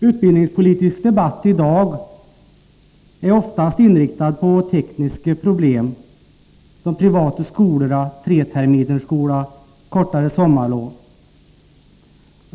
Utbildningspolitisk debatt i dag är oftast inriktad på tekniska problem — de privata skolorna, tre terminers skola, kortare sommarlov.